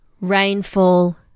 Rainfall